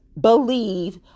believe